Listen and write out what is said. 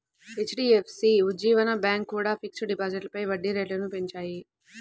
HDFC, Ujjivan bank కూడా fixed డిపాజిట్లపై వడ్డీ రేట్లను పెంచాయి